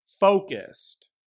focused